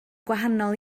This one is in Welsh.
gwahanol